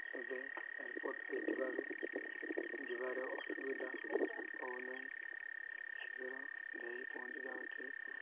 ଏବେ ଏୟାର୍ପୋର୍ଟ୍ ହୋଇଥିବାରୁ ଯିବାରେ ଅସୁବିଧା ହେଉନାହିଁ ଶୀଘ୍ର ଯାଇ ପହଞ୍ଚିଯାଉଛିି